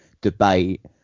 debate